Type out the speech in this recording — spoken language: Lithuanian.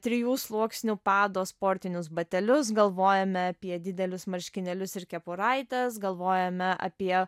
trijų sluoksnių pado sportinius batelius galvojame apie didelius marškinėlius ir kepuraites galvojame apie